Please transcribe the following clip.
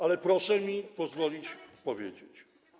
Ale proszę mi pozwolić powiedzieć.